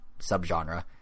subgenre